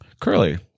curly